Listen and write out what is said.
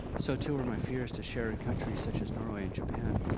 so too were my fears to share in countries such as norway and japan.